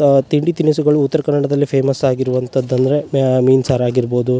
ತ ತಿಂಡಿ ತಿನಸುಗಳು ಉತ್ತರ ಕನ್ನಡದಲ್ಲಿ ಫೇಮಸ್ ಆಗಿರವಂಥದ್ ಅಂದರೆ ಮೀನು ಸಾರು ಆಗಿರ್ಬೋದು